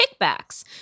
kickbacks